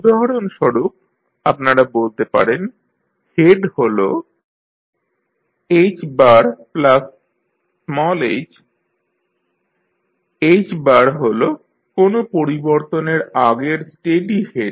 উদাহরণস্বরূপ আপনারা বলতে পারেন হেড হল Hh H হল কোনো পরিবর্তনের আগের স্টেডি হেড